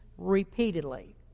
repeatedly